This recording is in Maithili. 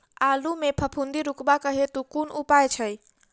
आलु मे फफूंदी रुकबाक हेतु कुन उपाय छै?